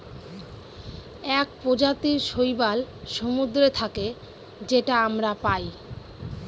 এক প্রজাতির শৈবাল সমুদ্রে থাকে যেটা আমরা পায়